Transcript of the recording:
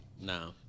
No